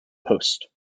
post